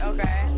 Okay